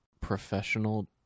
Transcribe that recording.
professional